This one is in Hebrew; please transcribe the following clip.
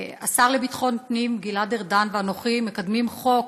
השר לביטחון פנים גלעד ארדן ואנוכי מקדמים חוק